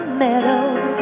meadow